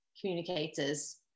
communicators